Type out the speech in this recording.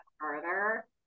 further